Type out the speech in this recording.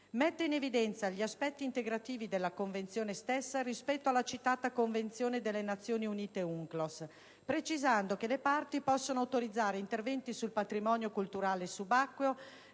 mette in evidenza gli aspetti integrativi della Convenzione stessa rispetto alla citata Convenzione delle Nazioni Unite UNCLOS, precisando che le Parti possono autorizzare interventi sul patrimonio culturale subacqueo